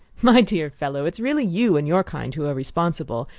my dear fellow, it's really you and your kind who are responsible.